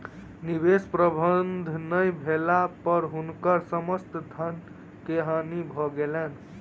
निवेश प्रबंधन नै भेला पर हुनकर समस्त धन के हानि भ गेलैन